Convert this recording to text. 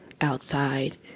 outside